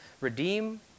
redeem